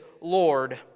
Lord